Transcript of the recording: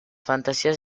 fantasia